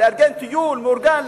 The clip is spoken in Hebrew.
לסדר טיול מאורגן,